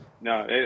No